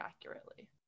accurately